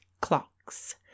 clocks